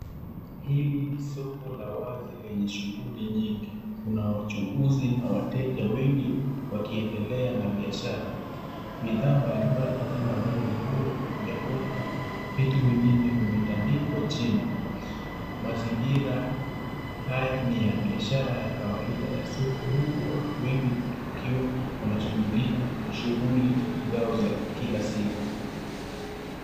Hili ni soko la wazi lenye shuguli nyingi. Kuna wachuuzi na wateja wengi wakiendelea na biashara . Bidhaa mbalimbali kama vile nguo , vyakula na vitu vingine vimetandikwa chini. Mzingira haya ni ya biashara ya kawaida ya soko huku watu wengi wakiwa wanashugulika na shuguli zao za kila siku.